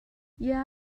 yeah